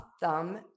thumb